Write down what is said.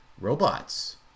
robots